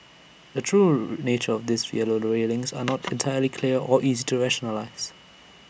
the true nature of these yellow railings are not entirely clear or easy to rationalise